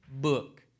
book